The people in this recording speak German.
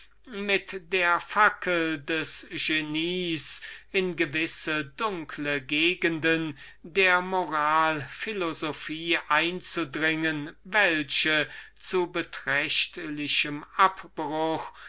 mit der fackel des genie in gewisse dunkle gegenden der moral philosophie einzudringen welche zu beträchtlichem abbruch